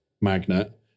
magnet